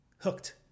hooked